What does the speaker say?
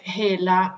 hela